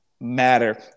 matter